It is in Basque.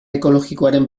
ekologikoaren